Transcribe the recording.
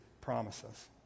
promises